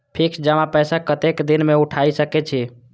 Fix जमा पैसा कतेक दिन में उठाई सके छी?